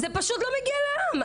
זה פשוט לא מגיע לעם.